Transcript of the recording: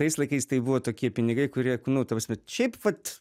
tais laikais tai buvo tokie pinigai kurie nu ta prasme šiaip vat